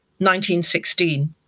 1916